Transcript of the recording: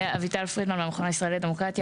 אביטל פרידמן, מהמכון הישראלי לדמוקרטיה.